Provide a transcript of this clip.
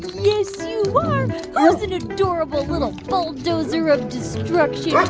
yes, you are. who's an adorable little bulldozer of destruction?